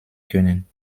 können